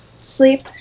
Sleep